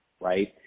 right